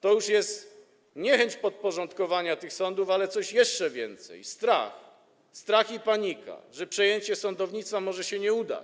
To już nie jest chęć podporządkowania tych sądów, ale coś jeszcze, coś więcej: strach, strach i panika, że przejęcie sądownictwa może się nie udać.